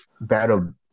Battle